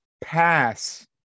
pass